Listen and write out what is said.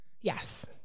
Yes